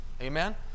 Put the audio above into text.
Amen